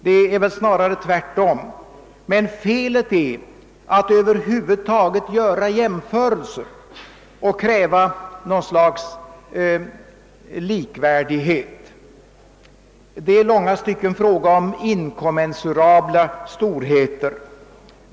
Det är väl snarare tvärtom. Felet är att över huvud taget göra jämförelser och kräva något slags likvärdighet. Det är i långa stycken fråga om inkommensurabla storheter.